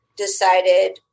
decided